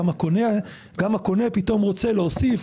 גם הקונה פתאום רוצה להוסיף,